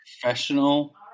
professional